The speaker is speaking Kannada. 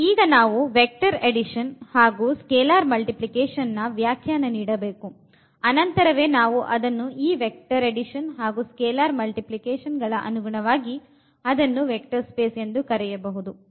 ಮತ್ತು ಈಗ ನಾವು ವೆಕ್ಟರ್ ಅಡಿಷನ್ ಹಾಗು ಸ್ಕೇಲಾರ್ ಮಲ್ಟಿಪ್ಲಿಕೇಷನ್ ನ ವ್ಯಾಖ್ಯಾನ ನೀಡಬೇಕು ಅನಂತರವೇ ನಾವು ಅದನ್ನು ಈ ವೆಕ್ಟರ್ ಅಡಿಷನ್ ಹಾಗು ಸ್ಕೇಲಾರ್ ಮಲ್ಟಿಪ್ಲಿಕೇಷನ್ ಗಳ ಅನುಗುಣವಾಗಿ ಅದನ್ನು ವೆಕ್ಟರ್ ಸ್ಪೇಸ್ ಎಂದು ಕರೆಯಬಹುದು